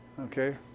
Okay